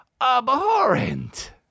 Abhorrent